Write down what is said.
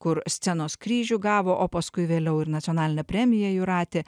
kur scenos kryžių gavo o paskui vėliau ir nacionalinę premiją jūratė